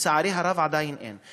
לצערי הרב, עדיין אין.